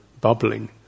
bubbling